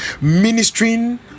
Ministering